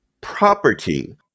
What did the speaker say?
Property